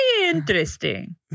interesting